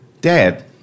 Dad